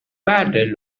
battle